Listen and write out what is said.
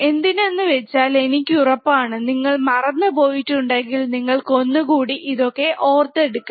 എന്തിനു എന്ന് വെച്ചാൽ എനിക്ക് ഉറപ്പാണ് നിങ്ങൾ മറന്നു പോയിട്ടുണ്ടെങ്കിൽ നിങ്ങൾക്ക് ഒന്നുകൂടി ഇതൊക്കെ ഒക്കെ ഓർമിക്കാം